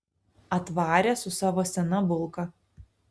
atvarė su savo sena bulka